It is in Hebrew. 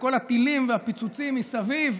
וכל הטילים והפיצוצים מסביב.